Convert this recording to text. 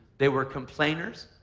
they were complainers.